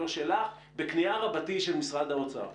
לא שלך בכניעה רבתי של משרד האוצר.